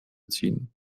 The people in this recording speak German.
ziehen